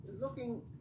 looking